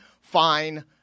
Fine